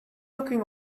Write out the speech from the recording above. looking